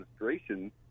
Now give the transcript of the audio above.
administration